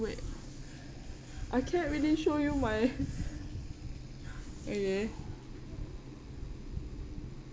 wait I can't really show you my